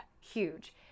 huge